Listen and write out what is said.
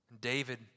David